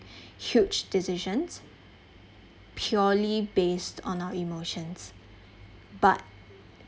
huge decisions purely based on our emotions but